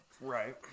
Right